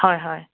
হয় হয়